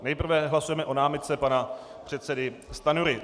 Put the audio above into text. Nejprve hlasujeme o námitce pana předsedy Stanjury.